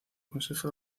consejo